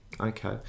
Okay